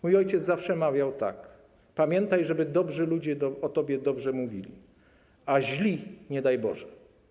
Mój ojciec zawsze mawiał: Pamiętaj, żeby dobrzy ludzie o tobie dobrze mówili, a źli - nie daj Boże.